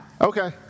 Okay